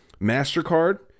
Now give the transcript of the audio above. MasterCard